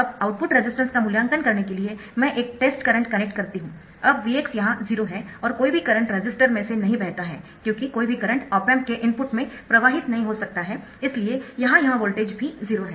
अब output resistance का मूल्यांकन करने के लिए मैं एक टेस्ट करंट कनेक्ट करती हूं अब Vx यहाँ 0 है और कोई भी करंट रेसिस्टर मे से नहीं बहता है क्योंकि कोई भी करंट ऑप एम्प के इनपुट में प्रवाहित नहीं हो सकता है इसलिए यहाँ यह वोल्टेज भी 0 है